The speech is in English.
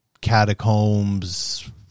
catacombs